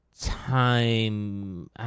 time